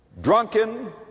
drunken